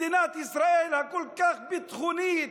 מדינת ישראל הכל-כך ביטחונית,